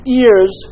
ears